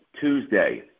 Tuesday